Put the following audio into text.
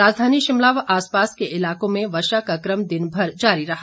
राजधानी शिमला व आस पास के इलाकों में वर्षा का कम दिन भर जारी रहा